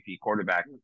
quarterback